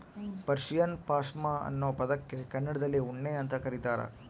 Persian ಪಾಷ್ಮಾ ಅನ್ನೋ ಪದಕ್ಕೆ ಕನ್ನಡದಲ್ಲಿ ಉಣ್ಣೆ ಅಂತ ಕರೀತಾರ